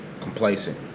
complacent